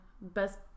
best